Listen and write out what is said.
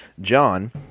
John